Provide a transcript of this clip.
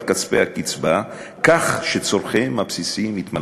כספי הקצבה כך שצורכיהם הבסיסיים יתמלאו.